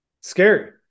Scary